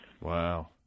Wow